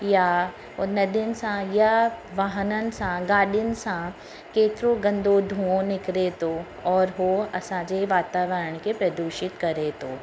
या नदियुनि सां या वाहननि सां गाॾियुनि सां केतिरो गंदो धूओ निकिरे थो औरि उहो असांजे वातावरण खे प्रदूषित करे थो